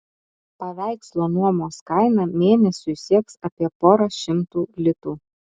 paveikslo nuomos kaina mėnesiui sieks apie porą šimtų litų